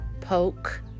poke